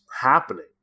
happening